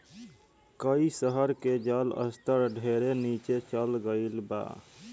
कई शहर के जल स्तर ढेरे नीचे चल गईल बा